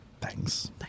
Thanks